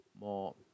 more